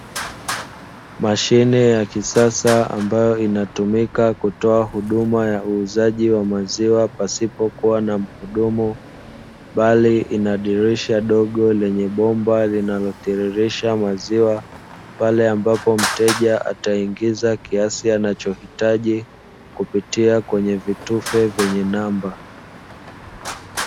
Mashine ya kisasa ambayo inatumika kutoa huduma ya uuzaji wa maziwa pasipokuwa na mhudumu. Bali inadirisha dogo lenye bomba linalotiririsha maziwa pale ambapo mteja ataingiza kiasi anachohitaji kupitia kwenye vitufe vya namba.